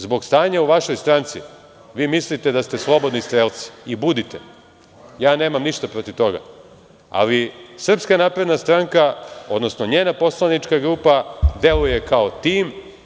Zbog stanja u vašoj stranci, vi mislite da ste slobodni strelci, i budite, ja nemam ništa protiv toga, ali SNS, odnosno njena poslanička grupa, deluje kao tim.